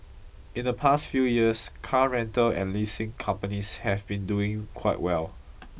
in the past few years car rental and leasing companies have been doing quite well